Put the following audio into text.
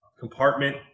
compartment